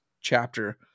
chapter